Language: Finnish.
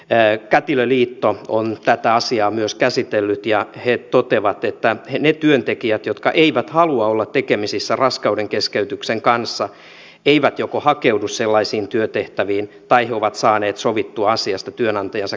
myös kätilöliitto on tätä asiaa käsitellyt ja he toteavat että ne työntekijät jotka eivät halua olla tekemisissä raskaudenkeskeytyksen kanssa joko eivät hakeudu sellaisiin työtehtäviin tai ovat saaneet sovittua asiasta työnantajansa kanssa